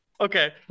Okay